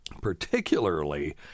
particularly